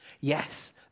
Yes